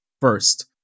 first